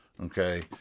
Okay